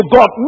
God